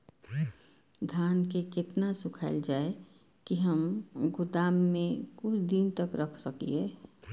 धान के केतना सुखायल जाय की हम गोदाम में कुछ दिन तक रख सकिए?